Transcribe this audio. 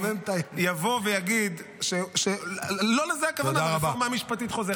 לחמם את ----- יבוא ויגיד שלא לזה הכוונה ב"הרפורמה המשפטית חוזרת".